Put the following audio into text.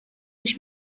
dış